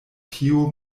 tiu